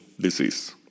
disease